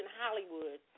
Hollywood